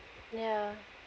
ya